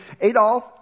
Adolf